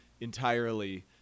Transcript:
entirely